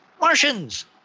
Martians